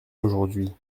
aujourd’hui